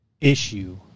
issue